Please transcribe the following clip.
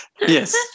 yes